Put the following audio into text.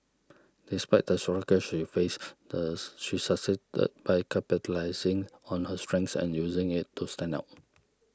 despite the struggles she faced thus she succeeded by capitalising on her strengths and using it to stand out